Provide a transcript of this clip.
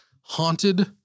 Haunted